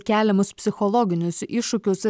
keliamus psichologinius iššūkius